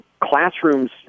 classrooms